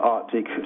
Arctic